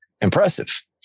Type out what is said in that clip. impressive